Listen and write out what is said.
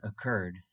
occurred